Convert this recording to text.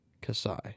Kasai